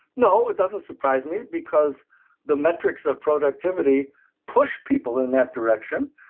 no, it doesn't surprise me because the metrics of productivity push people in that direction,